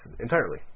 entirely